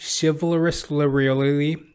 chivalrously